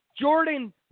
Jordan